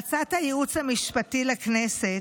בעצת הייעוץ המשפטי לכנסת,